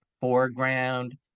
foreground